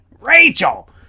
Rachel